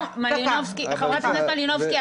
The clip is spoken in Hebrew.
חברת הכנסת מלינובסקי,